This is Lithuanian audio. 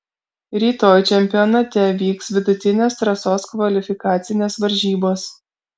rytoj čempionate vyks vidutinės trasos kvalifikacinės varžybos